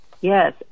Yes